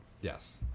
yes